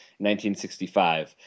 1965